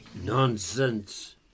Nonsense